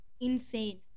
insane